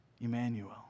Emmanuel